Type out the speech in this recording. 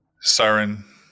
siren